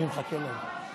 אני מחכה להם.